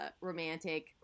romantic